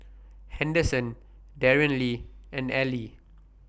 Henderson Darian and Elie